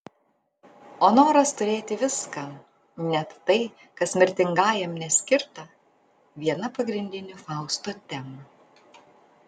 o noras turėti viską net tai kas mirtingajam neskirta viena pagrindinių fausto temų